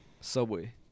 subway